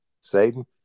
Satan